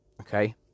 okay